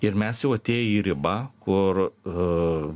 ir mes jau atėję į ribą kur